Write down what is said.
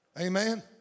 Amen